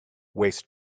waste